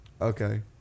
Okay